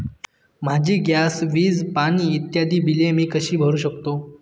माझी गॅस, वीज, पाणी इत्यादि बिले मी कशी भरु शकतो?